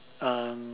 um